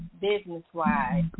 business-wise